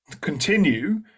continue